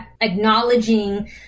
acknowledging